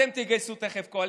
אתם תגייסו תכף קואליציה.